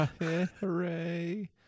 Hooray